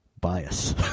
bias